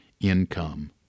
income